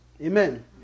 Amen